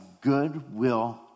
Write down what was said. goodwill